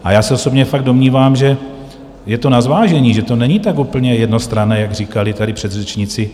A já se osobně fakt domnívám, že je to na zvážení, že to není tak úplně jednostranné, jak říkali tady předřečníci.